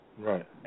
Right